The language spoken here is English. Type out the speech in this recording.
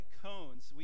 cones